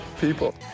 people